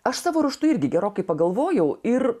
aš savo ruožtu irgi gerokai pagalvojau ir